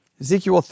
Ezekiel